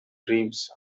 dreams